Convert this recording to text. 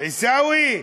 "עיסאווי,